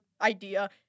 idea